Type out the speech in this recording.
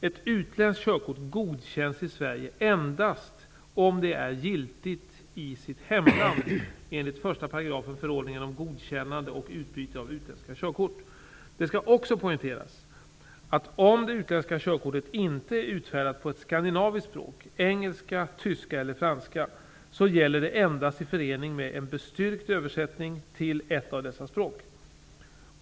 Ett utländskt körkort godkänns i Sverige endast om det är giltigt i sitt hemland enligt 1 § förordningen om godkännande och utbyte av utländska körkort. Det skall också poängteras, att om det utländska körkortet inte är utfärdat på ett skandinaviskt språk, engelska, tyska eller franska så gäller det endast i förening med en bestyrkt översättning till ett av dessa språk.